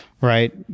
right